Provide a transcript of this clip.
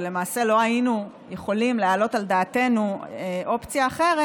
למעשה לא היינו יכולים להעלות על דעתנו אופציה אחרת.